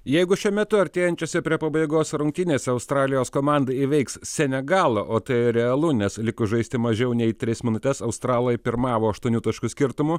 jeigu šiuo metu artėjančiose prie pabaigos rungtynėse australijos komanda įveiks senegalą o tai realu nes likus žaisti mažiau nei tris minutes australai pirmavo aštuonių taškų skirtumu